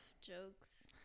jokes